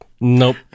nope